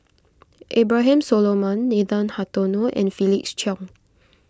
Abraham Solomon Nathan Hartono and Felix Cheong